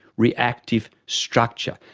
reactive structure.